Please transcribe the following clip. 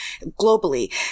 globally